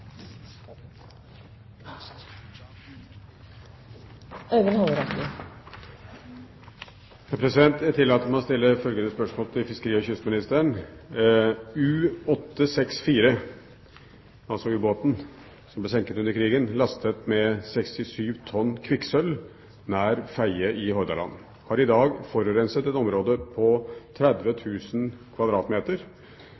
gjøre av ordningen. Jeg tillater meg å stille følgende spørsmål til fiskeri- og kystministeren: «U-864 lastet med ca. 67 tonn kvikksølv, nær Fedje i Hordaland, har i dag forurenset et område på ca. 30